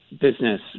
business